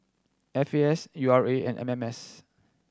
F A S U R A and M M S